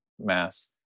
Mass